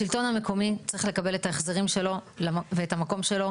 השלטון המקומי צריך לקבל את ההחזרים שלו ואת המקום שלו,